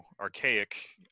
archaic